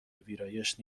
ویرایش